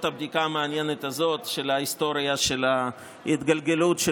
הבדיקה המעניינת הזאת של ההיסטוריה של ההתגלגלות של